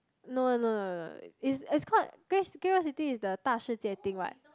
no no no no no is is called G~ Great-World-City is the Da Shi Jie thing right